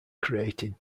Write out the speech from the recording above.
created